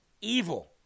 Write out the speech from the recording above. evil